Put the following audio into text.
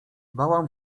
bałam